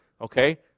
okay